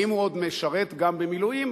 ואם הוא עוד משרת גם במילואים,